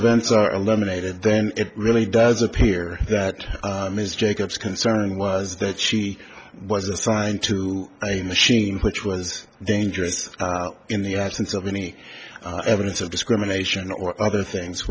events are eliminated then it really does appear that ms jacobs concern was that she was assigned to a machine which was dangerous in the absence of any evidence of discrimination or other things